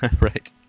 right